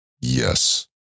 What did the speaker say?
Yes